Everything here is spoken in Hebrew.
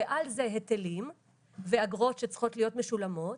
על זה היטלים ואגרות שצריכות להיות משולמות,